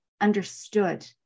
understood